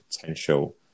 potential